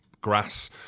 grass